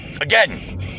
Again